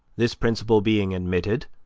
this principle being admitted,